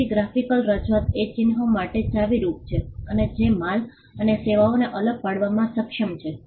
તેથી ગ્રાફિકલ રજૂઆત એ ચિન્હ માટે ચાવીરૂપ છે અને જે માલ અને સેવાઓને અલગ પાડવામાં સક્ષમ છે